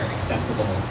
accessible